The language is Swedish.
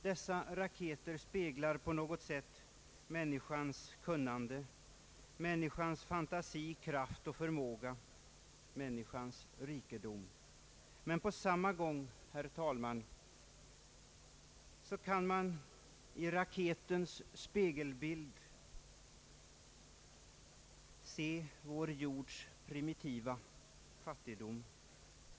Dessa raketer speglar på något sätt människans kunnande, människans fantasi, kraft och förmåga, människans rikedom. Men på samma gång, herr talman, kan man i raketens spegelbild se vår jords primitiva fattigdom.